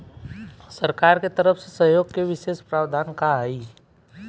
सरकार के तरफ से सहयोग के विशेष प्रावधान का हई?